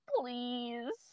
please